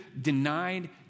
denied